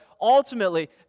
ultimately